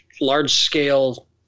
large-scale